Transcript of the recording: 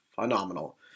Phenomenal